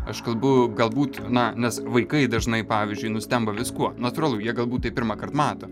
aš kalbu galbūt na nes vaikai dažnai pavyzdžiui nustemba viskuo natūralu jie galbūt tai pirmąkart mato